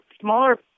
smaller